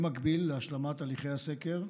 במקביל להשלמת הליכי הסקר,